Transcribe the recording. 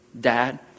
dad